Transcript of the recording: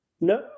No